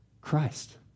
Christ